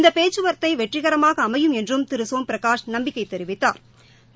இந்த பேச்சுவார்த்தை வெற்றிகரமாக அமையும் என்றும் திரு சோம்பிகாஷ் நம்பிக்கை தெரிவித்தாா்